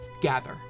gather